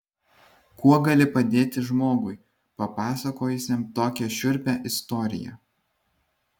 kuo gali padėti žmogui papasakojusiam tokią šiurpią istoriją